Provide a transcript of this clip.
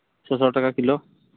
ᱴᱷᱚᱥᱚ ᱴᱟᱠᱟ ᱠᱤᱞᱳ